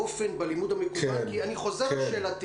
אנחנו מודעים לזה.